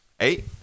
Eight